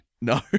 No